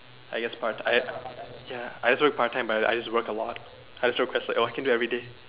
I guess part ah ya I just work part time but I just work a lot I would just like oh I can do every day